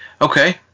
Okay